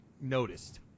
noticed